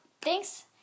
Thanks